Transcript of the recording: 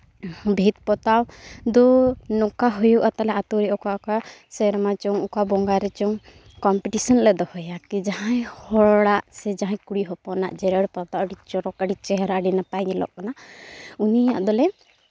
ᱵᱷᱤᱛ ᱯᱚᱛᱟᱣ ᱫᱚ ᱱᱚᱝᱠᱟ ᱦᱩᱭᱩᱜᱼᱟ ᱛᱟᱞᱮ ᱟᱹᱛᱩᱭᱮ ᱚᱠᱟ ᱚᱠᱟ ᱥᱮᱨᱢᱟ ᱪᱚᱝ ᱚᱠᱟ ᱵᱚᱸᱜᱟ ᱨᱮᱪᱚᱝ ᱠᱚᱢᱯᱤᱴᱤᱥᱮᱱ ᱞᱮ ᱫᱚᱦᱚᱭᱟ ᱠᱤ ᱡᱟᱦᱟᱸᱭ ᱦᱚᱲᱟᱜ ᱥᱮ ᱡᱟᱦᱟᱸᱭ ᱠᱩᱲᱤ ᱦᱚᱯᱚᱱᱟᱜ ᱡᱮᱨᱮᱲ ᱯᱚᱛᱟᱣ ᱟᱹᱰᱤ ᱪᱚᱨᱚᱠ ᱟᱹᱰᱤ ᱪᱮᱦᱨᱟ ᱟᱹᱰᱤ ᱱᱟᱯᱟᱭ ᱧᱮᱞᱚᱜ ᱠᱟᱱᱟ ᱩᱱᱤ ᱟᱫᱚᱞᱮ